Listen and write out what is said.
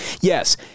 yes